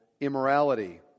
immorality